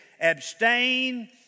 abstain